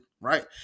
right